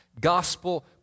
Gospel